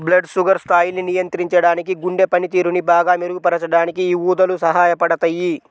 blood sugar స్థాయిల్ని నియంత్రించడానికి, గుండె పనితీరుని బాగా మెరుగుపరచడానికి యీ ఊదలు సహాయపడతయ్యి